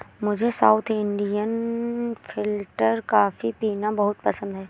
मुझे south Indian filter coffee पीना बहुत पसंद है